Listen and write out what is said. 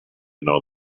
know